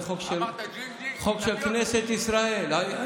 זה חוק של כנסת ישראל.